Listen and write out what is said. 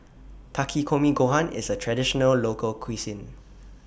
Takikomi Gohan IS A Traditional Local Cuisine